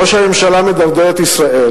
ראש הממשלה מדרדר את ישראל.